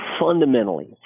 fundamentally